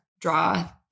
draw